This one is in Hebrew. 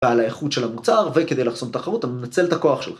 ועל האיכות של המוצר, וכדי לחסום תחרות, אני מנצל את הכוח של...